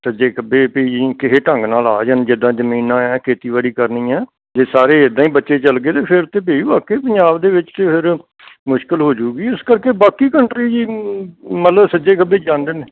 ਸੱਜੇ ਖੱਬੇ P G ਕਿਸੇ ਢੰਗ ਨਾਲ ਆ ਜਾਣ ਜਿੱਦਾਂ ਜਮੀਨਾਂ ਹੈ ਖੇਤੀਬਾੜੀ ਕਰਨੀ ਆ ਜੇ ਸਾਰੇ ਇੱਦਾਂ ਹੀ ਬੱਚੇ ਚੱਲ ਗਏ ਤਾਂ ਫਿਰ ਤਾਂ ਵੀ ਵਾਕਿਆ ਪੰਜਾਬ ਦੇ ਵਿੱਚ ਅਤੇ ਫਿਰ ਮੁਸ਼ਕਿਲ ਹੋ ਜੂਗੀ ਇਸ ਕਰਕੇ ਬਾਕੀ ਕੰਟਰੀਜ਼ ਮਤਲਬ ਸੱਜੇ ਖੱਬੇ ਜਾਂਦੇ ਨੇ